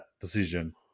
decision